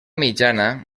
mitjana